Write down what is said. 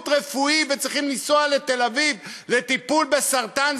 רפואי וצריכים לנסוע לתל-אביב לטיפול בסרטן,